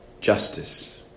justice